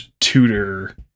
tutor